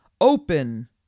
open